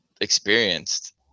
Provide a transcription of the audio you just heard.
experienced